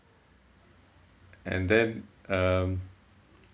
and then um